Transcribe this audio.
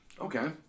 Okay